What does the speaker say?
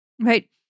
Right